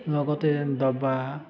লগতে দবা